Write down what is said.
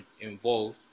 involved